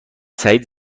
سعید